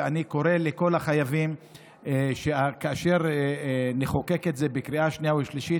ואני קורא לכל החייבים שכאשר נחוקק את זה בקריאה שנייה ושלישית,